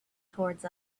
towards